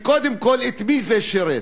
קודם כול, את מי זה שירת?